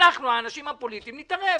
אנחנו האנשים הפוליטיים נתערב,